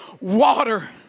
water